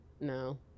No